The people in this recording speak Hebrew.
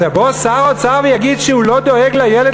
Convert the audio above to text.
אז יבוא שר האוצר ויגיד שהוא לא דואג לילד,